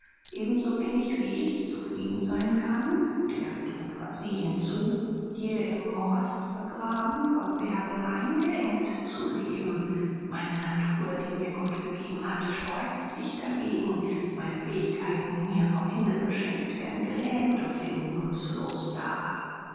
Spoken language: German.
ebensowenig wie ich zufrieden sein kann fügte er mit emphase hinzu hier im morast begraben von bergen eingeengt zu leben meine natur die mir gott gegeben hat sträubt sich dagegen meine fähigkeiten mir vom himmel geschenkt werden gelähmt und liegen nutzlos da